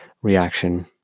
reaction